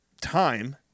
time